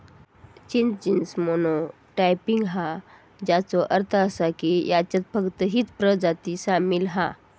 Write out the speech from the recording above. चिंच genus monotypic हा, ज्याचो अर्थ असा की ह्याच्यात फक्त हीच प्रजाती सामील हा